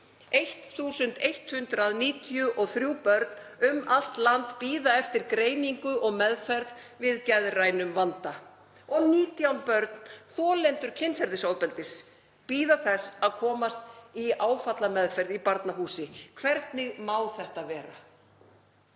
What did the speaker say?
1.193 börn um allt land bíða eftir greiningu og meðferð við geðrænum vanda og 19 börn, þolendur kynferðisofbeldis, bíða þess að komast í áfallameðferð í Barnahúsi. Hvernig má þetta vera?